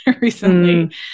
recently